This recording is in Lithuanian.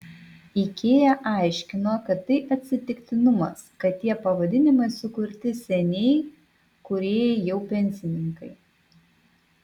ikea aiškino kad tai atsitiktinumas kad tie pavadinimai sukurti seniai kūrėjai jau pensininkai